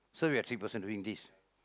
so we have three person doing this